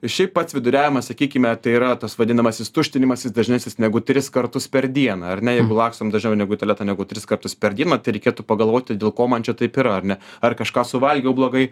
šiaip pats viduriavimas sakykime tai yra tas vadinamasis tuštinimasis dažnesnis negu tris kartus per dieną ar ne jeigu lakstom dažniau negu į tualetą negu tris kartus per dieną tai reikėtų pagalvoti dėl ko man čia taip yra ar ne ar kažką suvalgiau blogai